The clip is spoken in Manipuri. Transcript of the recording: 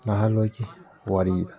ꯅꯍꯥꯜꯋꯥꯏꯒꯤ ꯋꯥꯔꯤ